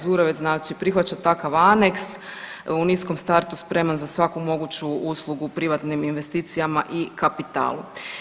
Zurovec prihvaća takav aneks u niskom startu spreman za svaku moguću uslugu privatnim investicijama i kapitalu.